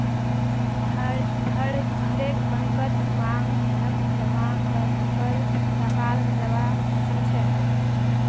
हरेक बैंकत मांग धनक जमा करे रखाल जाबा सखछेक